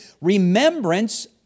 remembrance